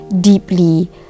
deeply